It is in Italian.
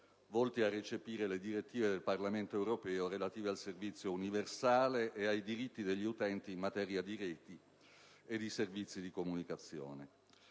volti a recepire le direttive del Parlamento europeo relative al servizio universale e ai diritti degli utenti in materia di reti e di servizi di comunicazione.